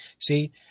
see